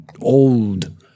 old